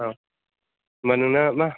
मानोना मा